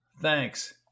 Thanks